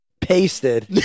Pasted